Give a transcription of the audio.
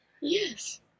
yes